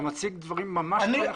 אתה מציג דברים ממש לא נכונים.